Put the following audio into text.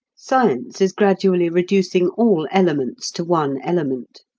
science is gradually reducing all elements to one element.